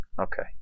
Okay